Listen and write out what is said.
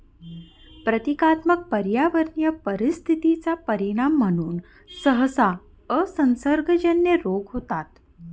प्रतीकात्मक पर्यावरणीय परिस्थिती चा परिणाम म्हणून सहसा असंसर्गजन्य रोग होतात